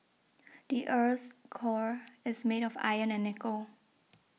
the earth's core is made of iron and nickel